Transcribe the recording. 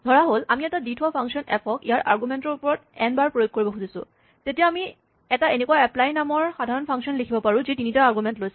ধৰাহ'ল আমি এটা দি থোৱা ফাংচন এফ ক ইয়াৰ আৰগুমেন্টৰ ওপৰত এন বাৰ প্ৰয়োগ কৰিব খুজিছোঁ তেতিয়া আমি এটা এনেকুৱা এপ্লাই নামৰ সাধাৰণ ফাংচন লিখিব পাৰো যি তিনিটা আৰগুমেন্ট লৈছে